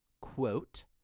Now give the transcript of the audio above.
Quote